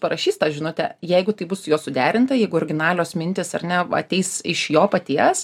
parašys tą žinutę jeigu tai bus jo suderinta jeigu originalios mintys ar ne ateis iš jo paties